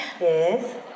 Yes